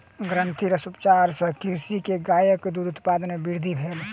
ग्रंथिरस उपचार सॅ कृषक के गायक दूध उत्पादन मे वृद्धि भेल